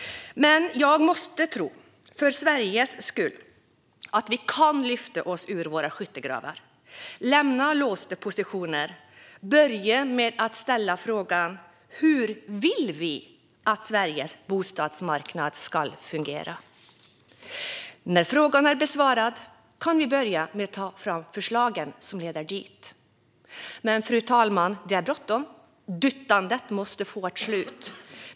Men jag måste tro, för Sveriges skull, att vi kan lyfta oss ur våra skyttegravar, lämna låsta positioner och börja med att ställa frågan: Hur vill vi att Sveriges bostadsmarknad ska fungera? När frågan är besvarad kan vi börja ta fram förslagen som leder dit. Fru talman! Det är bråttom. Duttandet måste få ett slut.